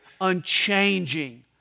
unchanging